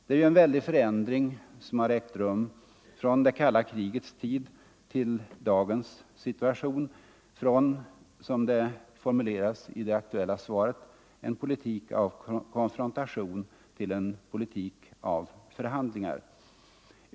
Det är ju en väldig förändring som har ägt rum från det kalla krigets tid till dagens situation, från, som det formuleras i det aktuella svaret, ”en politik av konfrontation till en politik av förhandlingar”.